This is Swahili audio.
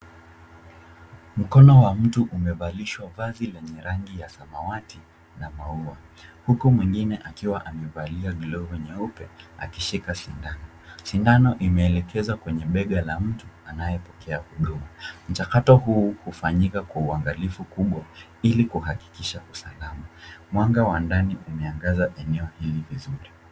Mkono wa mtu umevalishwa vazi lenye rangi ya samawati na maua huku mwingine akiwa amevalia glovu nyeupe akishika sindano. Sindano imeelekezwa kwenye bega la mtu anayepokea huduma. Mchakato huu hufanyika kwa uangalifu mkubwa ili kuhakikisha usalama. Mwanga wa ndani umeangaza eneo hili vizuri.